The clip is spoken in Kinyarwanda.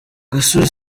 gasore